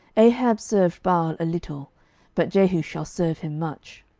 ahab served baal a little but jehu shall serve him much.